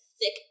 thick